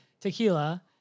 tequila